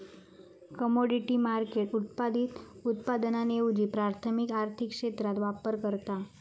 commodity market उत्पादित उत्पादनांऐवजी प्राथमिक आर्थिक क्षेत्रात व्यापार करता